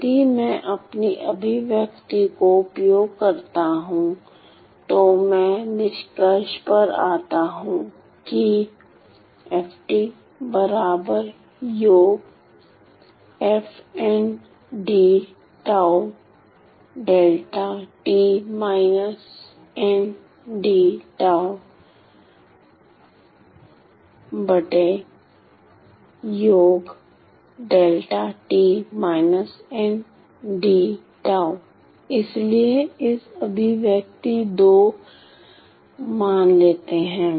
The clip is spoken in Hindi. यदि मैं अपनी अभिव्यक्ति का उपयोग करता हूं तो मैं निष्कर्ष पर आता हूं कि इसलिए इसे अभिव्यक्ति मान लेते हैं